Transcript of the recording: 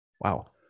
Wow